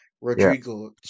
Rodrigo